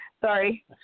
Sorry